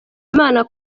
imana